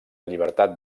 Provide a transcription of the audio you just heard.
llibertat